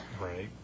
Right